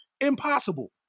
impossible